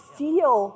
feel